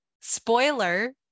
spoiler